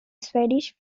swedish